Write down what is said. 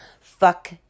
fuck